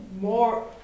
more